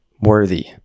worthy